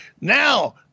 Now –